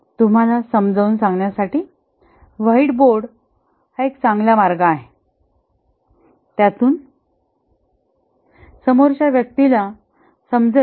तुम्हाला समजावून सांगण्यासाठी व्हाईट बोर्ड एक चांगला मार्ग आहे त्यातून समोरच्या व्यक्तीला समजेल